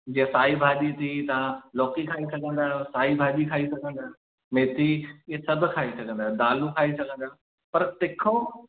जीअं साई भाॼी थी तव्हां लौकी खाई सघंदा आहियो साई भाॼी खाई सघंदा आहियो मेथी इहे सभु खाई सघंदा आहियो दालूं खाई सघंदा आहियो पर तिखो